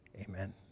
Amen